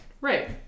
right